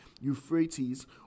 euphrates